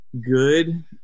good